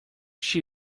she